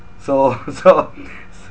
so so